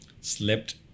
slept